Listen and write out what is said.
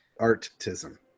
Artism